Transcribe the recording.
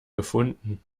gefunden